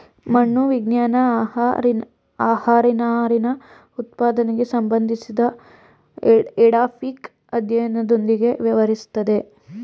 ಮಣ್ಣು ವಿಜ್ಞಾನ ಆಹಾರನಾರಿನಉತ್ಪಾದನೆಗೆ ಸಂಬಂಧಿಸಿದಎಡಾಫಿಕ್ಅಧ್ಯಯನದೊಂದಿಗೆ ವ್ಯವಹರಿಸ್ತದೆ